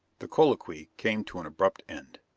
the colloquy came to an abrupt end.